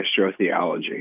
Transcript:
astrotheology